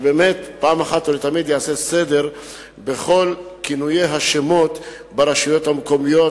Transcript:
שבאמת פעם אחת ולתמיד יעשה סדר בכל הכינויים והשמות ברשויות המקומיות.